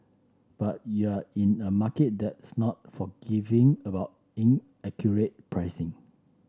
but you're in a market that's not forgiving about inaccurate pricing